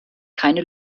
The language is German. keine